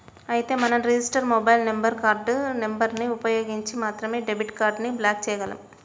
అయితే మనం register mobile number card number ని ఉపయోగించి మాత్రమే డెబిట్ కార్డు ని బ్లాక్ చేయగలం